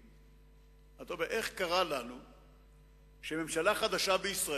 אני חושב שאם שואלים את השאלה הזאת ביושר